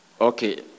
okay